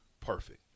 Perfect